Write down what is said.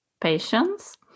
patience